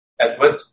Edward